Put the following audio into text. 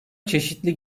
çeşitli